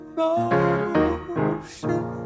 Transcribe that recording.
motion